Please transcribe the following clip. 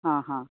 हां हां